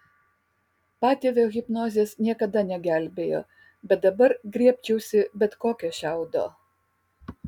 patėvio hipnozės niekada negelbėjo bet dabar griebčiausi bet kokio šiaudo